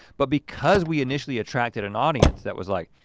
but because we initially attracted an audience that was like,